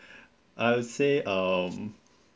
I'll say um